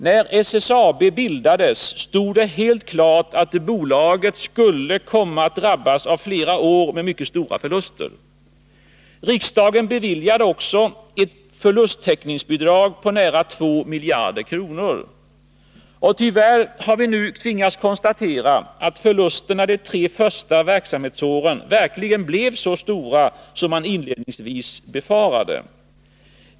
När SSAB bildades stod det helt klart att bolaget skulle komma att drabbas av flera år med mycket stora förluster. Riksdagen beviljade också ett förlusttäckningsbidrag på nära 2 miljarder kronor. Tyvärr har vi nu tvingats konstatera att förlusterna de tre första verksamhetsåren verkligen blev så stora som man inledningsvis befarade.